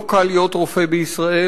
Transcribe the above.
לא קל להיות רופא בישראל,